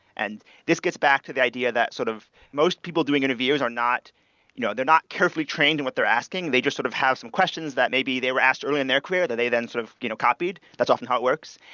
and this gets back to the idea that sort of most people doing interviews are not you know they're not carefully trained in what they're asking. they just sort of have some questions that maybe they were asked earlier in their career that they then sort of you know copied. that often how it works.